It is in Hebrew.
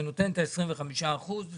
אני נותן את ה-25% וזהו,